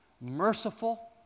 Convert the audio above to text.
merciful